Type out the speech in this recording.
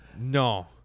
no